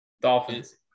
Dolphins